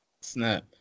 Snap